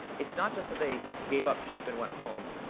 it's not just that they gave up ship and went home.